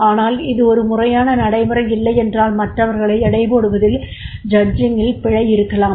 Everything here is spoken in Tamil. ஆனால் இது ஒரு முறையான நடைமுறை இல்லையென்றால் மற்றவர்களை எடைபோடுவதில் பிழைகள் இருக்கலாம்